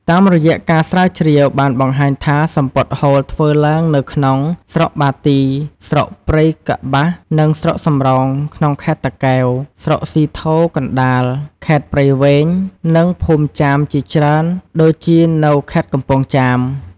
តាមរយៈការស្រាវជ្រាវបានបង្ហាញថាសំពត់ហូលធ្វើឡើងនៅក្នុង ស្រុកបាទី ស្រុកព្រៃកប្បាស និងស្រុកសំរោង ក្នុងខេត្តតាកែវ ស្រុកស៊ីធរកណ្តាល ខេត្តព្រៃវែង និង ភូមិចាមជាច្រើនដូចជានៅខេត្តកំពង់ចាម។